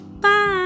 Bye